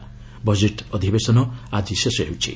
budget ଅଧିବେଶନ ଆଜି ଶେଷ ହେଉଛି